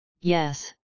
Yes